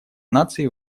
наций